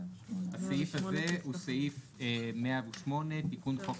הסעיף הזה הוא סעיף 108 תיקון חוק